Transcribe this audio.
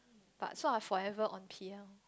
but some so I forever on P_L